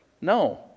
No